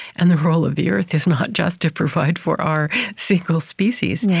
and the role of the earth is not just to provide for our single species. yeah